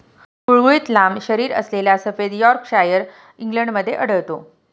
गुळगुळीत लांब शरीरअसलेला सफेद यॉर्कशायर इंग्लंडमध्ये आढळतो